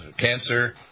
cancer